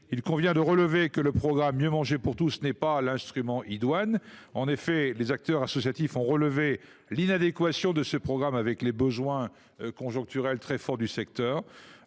il convient de relever que le programme « Mieux manger pour tous » n’est pas l’instrument idoine. En effet, les acteurs associatifs ont relevé l’inadéquation de ce programme avec les besoins conjoncturels très forts du secteur.